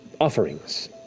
offerings